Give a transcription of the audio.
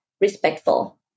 respectful